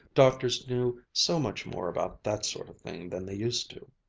doctors knew so much more about that sort of thing than they used to.